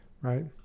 right